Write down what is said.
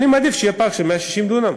אבל אני מעדיף שיהיה פארק של 160 דונם.